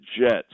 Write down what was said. jets